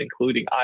including